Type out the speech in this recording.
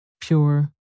Pure